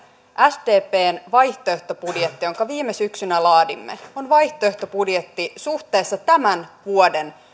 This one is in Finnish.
sdpn vaihtoehtobudjetti jonka viime syksynä laadimme on vaihtoehtobudjetti suhteessa tämän vuoden